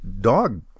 dog